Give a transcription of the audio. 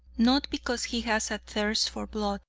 not because he has a thirst for blood,